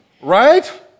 Right